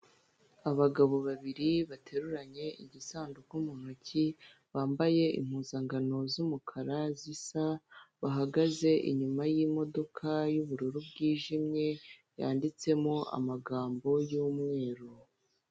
Abagabo babiri bateruranye igisanduku mu ntoki bambaye impuzankano z'umukara zisa, bahagaze inyuma y'imodoka y'ubururu bwijimye yanditsemo amagambo y'umweru.